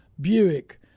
Buick